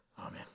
Amen